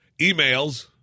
Emails